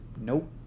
Nope